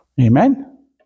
Amen